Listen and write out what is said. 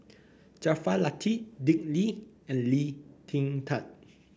Jaafar Latiff Dick Lee and Lee Kin Tat